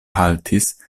haltis